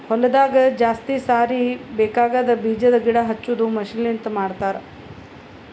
ಹೊಲದಾಗ ಜಾಸ್ತಿ ಸಾರಿ ಬೇಕಾಗದ್ ಬೀಜದ್ ಗಿಡ ಹಚ್ಚದು ಮಷೀನ್ ಲಿಂತ ಮಾಡತರ್